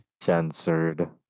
censored